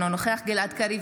אינו נוכח גלעד קריב,